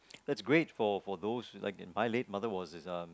that's great for for those who like the en~ my late mother was is uh